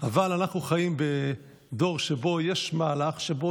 אבל אנחנו חיים בדור שבו יש מהלך שבו